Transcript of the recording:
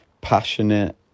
passionate